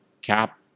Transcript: cap